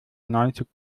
neunzig